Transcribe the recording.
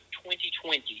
2020